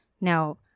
Now